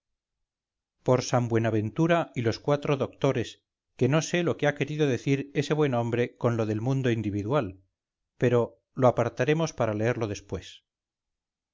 por san buenaventura y los cuatro doctores que no sé lo que ha querido decir ese buen hombre con lo del mundo individual pero lo apartaremos para leerlo después